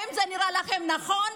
האם זה נראה לכם נכון?